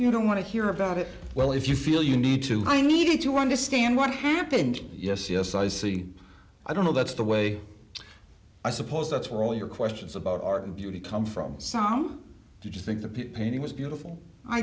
you don't want to hear about it well if you feel you need to high needed to understand what happened yes yes i was saying i don't know that's the way i suppose that's where all your questions about art and beauty come from some just think the p p d was beautiful i